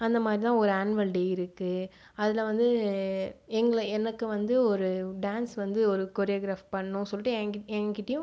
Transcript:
அந்த மாதிரிதான் ஒரு ஆன்வல் டே இருக்குது அதில் வந்து எங்களை எனக்கு வந்து ஒரு டான்ஸ் வந்து ஒரு கொரியோக்ராஃப் பண்ணணும் சொல்லிட்டு என்கிட் என்கிட்டியும்